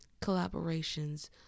collaborations